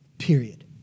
period